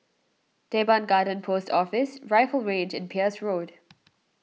Teban Garden Post Office Rifle Range and Peirce Road